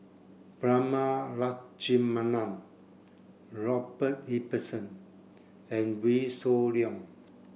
Prema Letchumanan Robert Ibbetson and Wee Shoo Leong